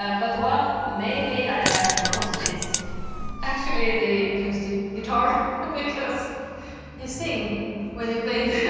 um but the one maybe i like most is actually the acoustic guitar because you sing when you play the